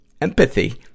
Empathy